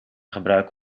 gebruiken